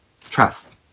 Trust